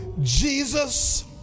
Jesus